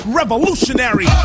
revolutionary